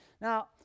Now